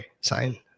sign